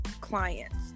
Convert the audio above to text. clients